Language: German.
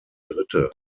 dritte